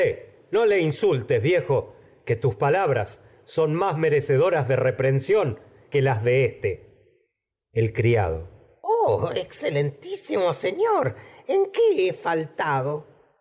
eh le insultes viejo de que tus palabras son más merecedoras reprensión que las de éste el criado oh excelentísimo señor en qué he faltado